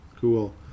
Cool